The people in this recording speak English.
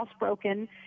housebroken